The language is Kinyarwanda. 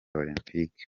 olempike